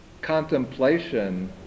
contemplation